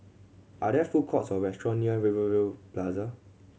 are there food courts or restaurant near Rivervale Plasa